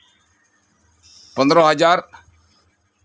ᱯᱚᱸᱫᱽᱨᱚ ᱦᱟᱡᱟᱨ